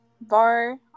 bar